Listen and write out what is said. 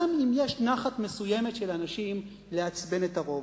גם אם יש נחת מסוימת של אנשים לעצבן את הרוב.